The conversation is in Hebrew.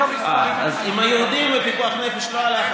אז אם יהודים ופיקוח נפש לא הלך,